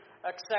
accept